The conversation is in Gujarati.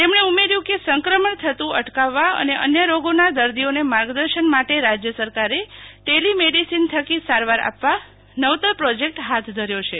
તેમણે ઉમેર્યુ કે સંક્રમણ થતું અટકાવવા અને અન્ય રોગોના દર્દીઓને માર્ગદર્શન માટે રાજય સરકારે ટેલિ મેડીસીન થકો સારવાર આપવા નવતર પ્રોજેકટ હાથ ધર્યા છે